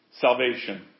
salvation